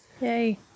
Yay